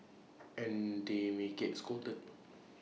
and they may get scolded